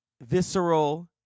visceral